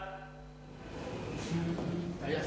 ההצעה